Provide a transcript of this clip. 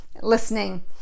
listening